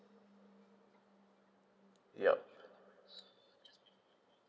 yup